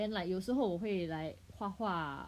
then like 有时候我会 like 画画